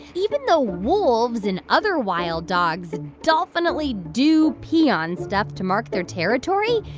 even though wolves and other wild dogs dolphinitely do pee on stuff to mark their territory,